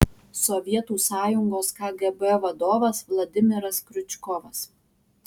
sovietų sąjungos kgb vadovas vladimiras kriučkovas